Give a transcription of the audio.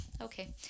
okay